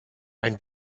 ein